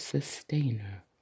Sustainer